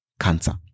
cancer